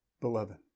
beloved